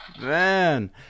Man